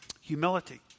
humility